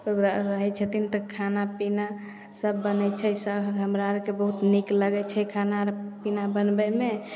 ओकरा रहै छथिन तऽ खाना पिना सब बनै छै सब हमरा आरके बहुत नीक लगै छै खाना आर पिना बनबैमे